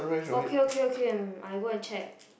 okay okay okay I go and check